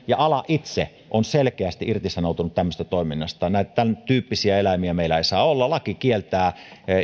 ja ala itse ovat selkeästi irtisanoutuneet tämmöisestä toiminnasta tämäntyyppisiä eläimiä meillä ei saa olla laki kieltää